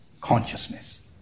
consciousness